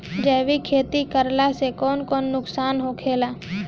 जैविक खेती करला से कौन कौन नुकसान होखेला?